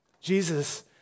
Jesus